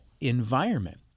environment